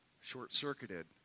short-circuited